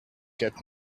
get